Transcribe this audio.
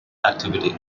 activity